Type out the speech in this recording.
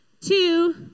two